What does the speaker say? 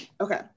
okay